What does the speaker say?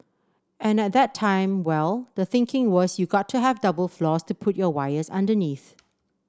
and at that time well the thinking was you got to have double floors to put your wires underneath